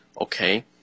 okay